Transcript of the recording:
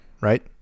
Right